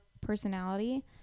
personality